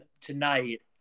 tonight